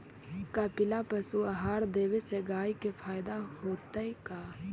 कपिला पशु आहार देवे से गाय के फायदा होतै का?